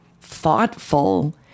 thoughtful